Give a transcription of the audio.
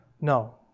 No